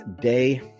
day